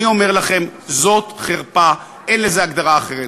אני אומר לכם, זאת חרפה, אין לזה הגדרה אחרת.